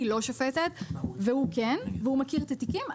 אני לא שופטת והוא כן והוא מכיר את התיקים.